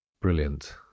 brilliant